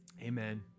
amen